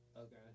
Okay